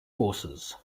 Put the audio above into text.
forces